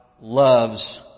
loves